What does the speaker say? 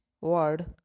word